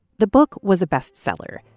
the book was a best seller.